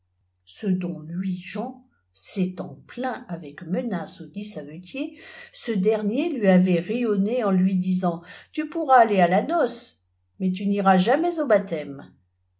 ce dont lui jean s'étant plaint avec menaces audit savetier ce dernier lui avait ri au d en lui disant a tu pourras aller à la noce mais tu n'iras jamais au baptême